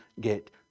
get